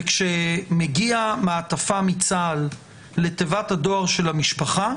וכשמגיעה מעטפה מצה"ל לתיבת הדואר של המשפחה,